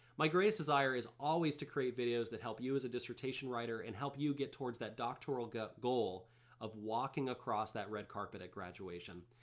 my greatest desire is always to create videos that help you as a dissertation writer and help you get towards that doctoral goal of walking across that red carpet at graduation.